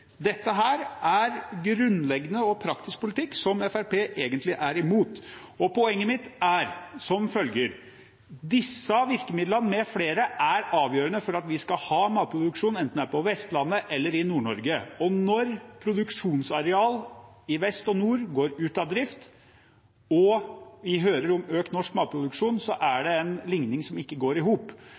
Dette er grunnleggende og praktisk politikk som Fremskrittspartiet egentlig er imot. Poenget mitt er som følger: Disse virkemidlene med flere er avgjørende for at vi skal ha matproduksjon, enten det er på Vestlandet eller i Nord-Norge. Når produksjonsarealer i vest og nord går ut av drift og vi hører om økt norsk matproduksjon, er det en ligning som ikke går i hop.